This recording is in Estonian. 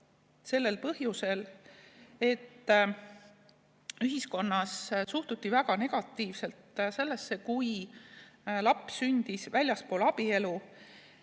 sellel põhjusel, et ühiskonnas suhtuti väga negatiivselt sellesse, kui laps sündis väljaspool abielu.